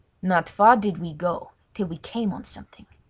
not far did we go till we came on something.